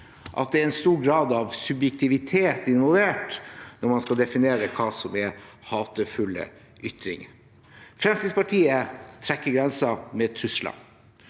det er en stor grad av subjektivitet involvert når man skal definere hva som er hatefulle ytringer. Fremskrittspartiet trekker grensen ved trusler.